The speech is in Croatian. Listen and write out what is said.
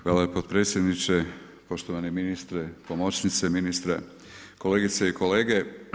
Hvala potpredsjedniče, poštovani ministre, pomoćnici ministra, kolegice i kolege.